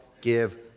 give